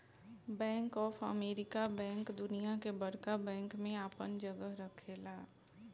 bank of America bank दुनिया के बड़का बैंक में आपन जगह रखेला